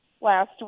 last